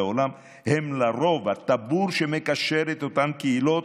העולם הם לרוב הטבור המקשר בין אותן קהילות,